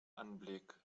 anblick